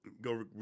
go